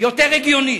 יותר הגיונית.